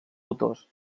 autors